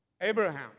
Abraham